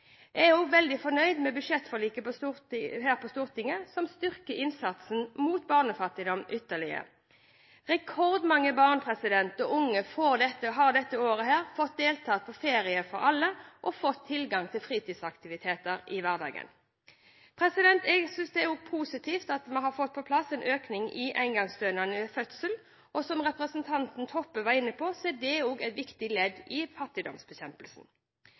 Jeg er også veldig fornøyd med budsjettforliket her på Stortinget, som styrker innsatsen mot barnefattigdom ytterligere. Rekordmange barn og unge har dette året fått deltatt på Ferie for alle og fått tilgang til fritidsaktiviteter i hverdagen. Jeg synes det også er positivt at vi har fått på plass en økning i engangsstønadene ved fødsel, og som representanten Toppe var inne på, så er det også et viktig ledd i fattigdomsbekjempelsen.